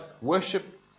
worship